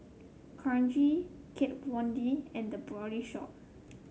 Karcher Kat Von D and The Body Shop